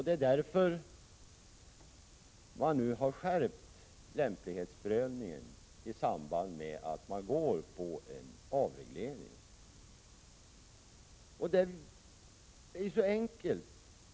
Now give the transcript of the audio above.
Det är därför man nu har skärpt lämplighetsprövningen i samband med att man går mot en avreglering. Det är så enkelt.